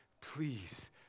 please